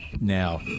now